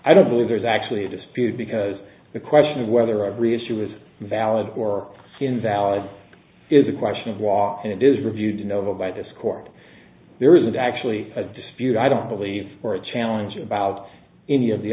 i don't believe there's actually a dispute because the question of whether of reissue is valid or invalid is a question of was and is reviewed to know by this court there isn't actually a dispute i don't believe for a challenge about any of the